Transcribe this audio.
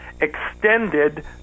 extended